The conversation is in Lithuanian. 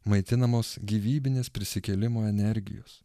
maitinamos gyvybinės prisikėlimo energijos